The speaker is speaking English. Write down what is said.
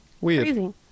Weird